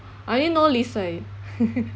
I only know lisa eh